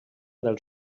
del